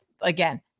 again